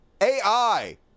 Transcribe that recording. AI